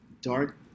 dark